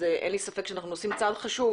אין לי ספק שאנחנו עושים צעד חשוב